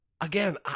again